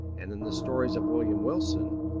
and in the stories of william wilson,